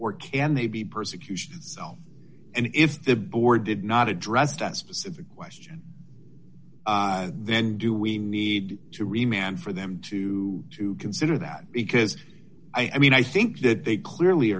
or can they be persecution and if the board did not address specific question then do we need to re man for them to to consider that because i mean i think that they clearly